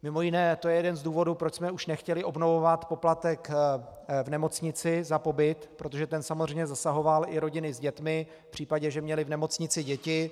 Mimo jiné to je jeden z důvodů, proč jsme už nechtěli obnovovat poplatek v nemocnici za pobyt, protože ten samozřejmě zasahoval i rodiny s dětmi v případě, že měly v nemocnici děti.